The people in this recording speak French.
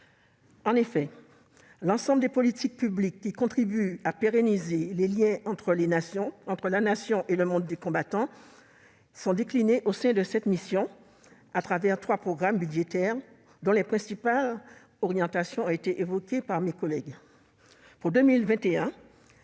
En effet, l'ensemble des politiques publiques qui contribuent à pérenniser les liens entre la Nation et le monde combattant est décliné au sein de cette mission, à travers trois programmes budgétaires, dont les principales orientations ont été évoquées par mes collègues.